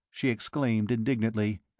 she exclaimed, indignantly.